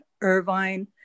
Irvine